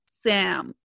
Sam